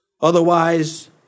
otherwise